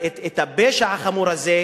את הפשע החמור הזה,